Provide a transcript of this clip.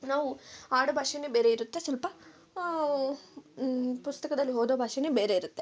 ನಾವು ಆಡು ಭಾಷೇಯೇ ಬೇರೆ ಇರುತ್ತೆ ಸ್ವಲ್ಪ ಪುಸ್ತಕ್ದಲ್ಲಿ ಓದೋ ಭಾಷೆಯೇ ಬೇರೆ ಇರುತ್ತೆ